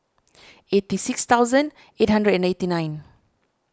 eighty six thousand eight hundred and eighty nine